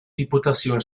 diputazioen